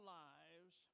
lives